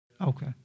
Okay